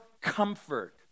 comfort